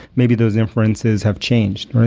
maybe those inferences have changed,